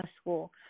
school